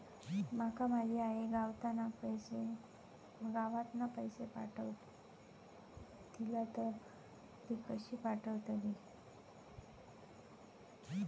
माका माझी आई गावातना पैसे पाठवतीला तर ती कशी पाठवतली?